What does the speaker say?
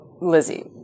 Lizzie